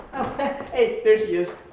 hey, there she is.